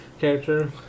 character